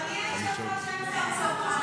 אדוני היושב-ראש, אין שר תורן.